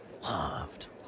loved